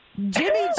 Jimmy